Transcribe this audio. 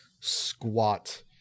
squat